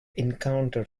encountered